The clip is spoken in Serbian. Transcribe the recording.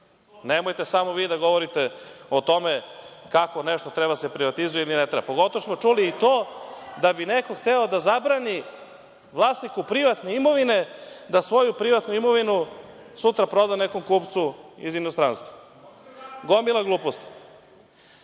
Nemojte samo vi da govorite o tome kako nešto treba da se privatizuje ili ne treba, pogotovo što smo čuli i to da bi neko hteo da zabrani vlasniku privatne imovine da svoju privatnu imovinu sutra proda nekom kupcu iz inostranstva. Gomila gluposti.(Dušan